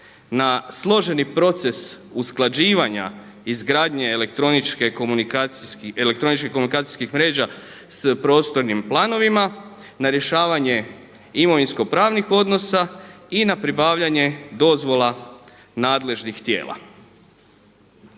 na složeni proces usklađivanja izgradnje elektroničke komunikacijskih mreža s prostornim planovima, na rješavanje imovinskopravnih odnosa i na pribavljanje dozvola nadležnih tijela.